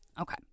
Okay